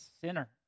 sinner